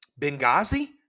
Benghazi